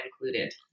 included